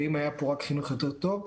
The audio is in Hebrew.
ואם היה פה רק חינוך יותר טוב,